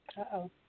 Uh-oh